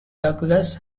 douglass